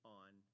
on